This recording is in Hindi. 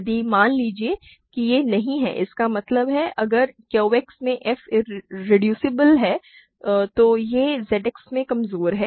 यदि मान लीजिए कि यह नहीं है इसका मतलब है अगर QX में f रिड्यूसिबल है तो यह ZX में कमजोर है